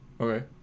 okay